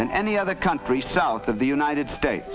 than any other country south of the united states